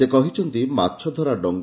ସେ କହିଛନ୍ତି ମାଛଧରା ଡଙ୍ଗ